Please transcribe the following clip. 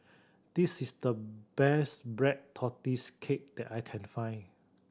this is the best Black Tortoise Cake that I can find